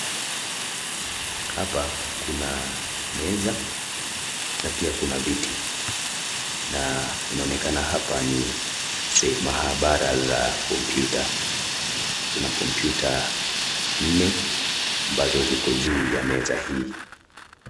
Hapa kuna meza na pia kuna viti, na inaonekana hapa ni mahabara za kompyuta, kuna kompyuta nne ambazo ziko juu ya meza hii.